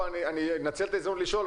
אני אנצל את ההזדמנות לשאול,